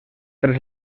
tras